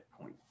point